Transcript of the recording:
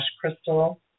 crystal